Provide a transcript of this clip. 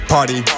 Party